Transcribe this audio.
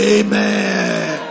amen